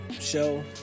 show